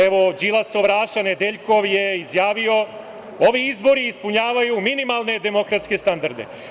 Evo, Đilasov Raša Nedeljkov je izjavio: „Ovi izbori ispunjavaju minimalne demokratske standarde“